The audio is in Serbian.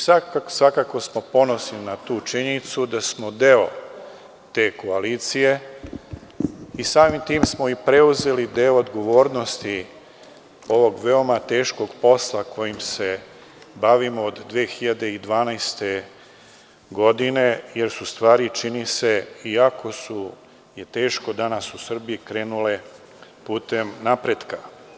Svakako smo ponosni na tu činjenicu da smo deo te koalicije i samim tim smo i preuzeli i deo odgovornosti ovog veoma teškog posla kojim se bavimo od 2012. godine jer su stvari, čini se, iako je teško danas u Srbiji, krenule putem napretka.